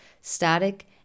static